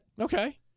okay